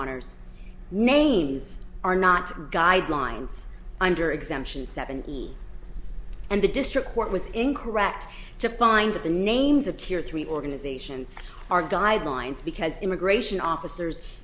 honour's names are not guidelines under exemption seven and the district court was incorrect to find that the names appear three organizations are guidelines because immigration officers